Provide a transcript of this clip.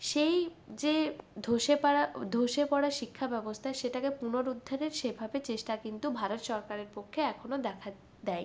সেই যে ধ্বসে পড়া ধ্বসে পড়া শিক্ষা ব্যবস্থা সেটাকে পুনরুদ্ধারের সেভাবে চেষ্টা কিন্তু ভারত সরকারের পক্ষে এখনো দেখা দেয় নি